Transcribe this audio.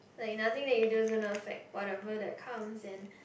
like nothing that you do is gonna affect whatever that comes in